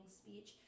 speech